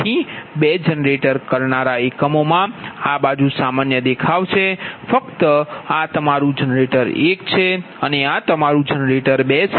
તેથી બે જનરેટ કરનારા એકમોમાં આ બાજુ સામાન્ય દેખાવ છે ફક્ત આ તમારું જનરેટર 1 છે અને આ તમારું જનરેટર 2 છે